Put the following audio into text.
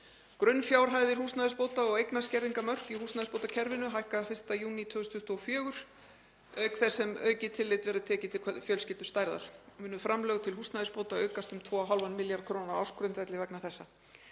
Grunnfjárhæðir húsnæðisbóta og eignaskerðingarmörk í húsnæðisbótakerfinu hækka 1. júní 2024. Auk þess sem aukið tillit verður tekið til fjölskyldustærðar. Munu framlög til húsnæðisbóta aukast um 2,5 milljarða kr. á ársgrundvelli vegna þessa.